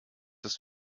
das